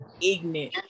ignorant